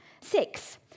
six